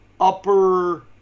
upper